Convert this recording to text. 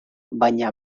baina